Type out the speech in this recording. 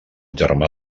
germà